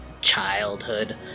childhood